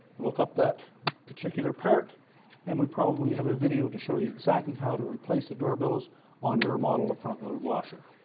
look up that particular part and we probably have a video to show you exactly how to replace the door bellows on your model of front-load washer.